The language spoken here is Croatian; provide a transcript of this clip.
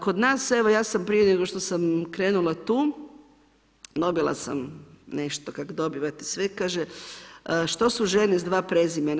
Kod nas, evo ja sam prije nego što sam krenula tu, dobila sam nešto kak dobivate sve, kaže, što su žene s dva prezimena?